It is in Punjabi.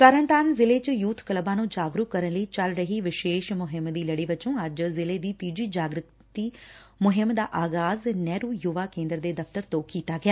ਤਰਨਤਾਰਨ ਜ਼ਿਲੇ ਵਿਚ ਯੁਥ ਕਲੱਬਾਂ ਨੂੰ ਜਾਗਰੁਕ ਕਰਨ ਲਈ ਚੱਲ ਰਹੀ ਵਿਸ਼ੇਸ਼ ਮੁਹਿੰਮ ਦੀ ਲੜੀ ਵਜੋਂ ਅੱਜ ਜ਼ਿਲੇ ਦੀ ਤੀਜੀ ਜਾਗ੍ਰਿੰਤੀ ਮੁਹਿੰਮ ਦਾ ਆਗਾਜ਼ ਨਹਿਰੂ ਯੁਵਾ ਕੇਂਦਰ ਦੇ ਦਫ਼ਤਰ ਤੋਂ ਕੀਤਾ ਗਿਆ